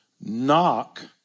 Knock